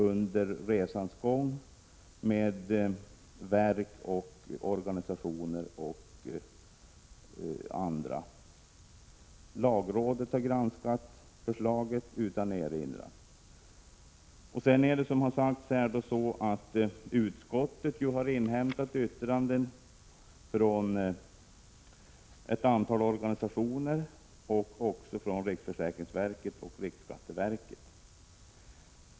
Under resans gång har också kontakter förekommit med verk, organisationer och andra. Lagrådet har granskat lagförslagen utan erinran. Vidare har utskottet inhämtat yttranden från ett antal organisationer samt från riksförsäkringsverket och riksskatteverket.